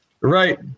Right